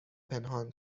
پنهان